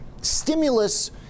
stimulus